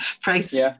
price